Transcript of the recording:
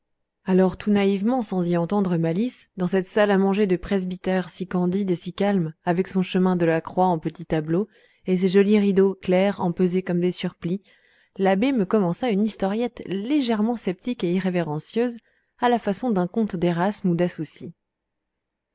alors tout naïvement sans y entendre malice dans cette salle à manger de presbytère si candide et si calme avec son chemin de la croix en petits tableaux et ses jolis rideaux clairs empesés comme des surplis l'abbé me commença une historiette légèrement sceptique et irrévérencieuse à la façon d'un conte d'érasme ou